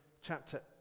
chapter